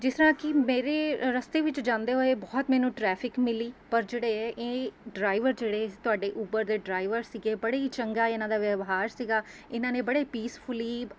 ਜਿਸ ਤਰ੍ਹਾਂ ਕਿ ਮੇਰੇ ਰਸਤੇ ਵਿੱਚ ਜਾਂਦੇ ਹੋਏ ਬਹੁਤ ਮੈਨੂੰ ਟ੍ਰੈਫਿਕ ਮਿਲੀ ਪਰ ਜਿਹੜੇ ਇਹ ਡਰਾਈਵਰ ਜਿਹੜੇ ਤੁਹਾਡੇ ਉਬਰ ਦੇ ਡਰਾਈਵਰ ਸੀਗੇ ਬੜੇ ਹੀ ਚੰਗਾ ਇਹਨਾਂ ਦਾ ਵਿਵਹਾਰ ਸੀਗਾ ਇਹਨਾਂ ਨੇ ਬੜੇ ਪੀਸਫੂਲੀ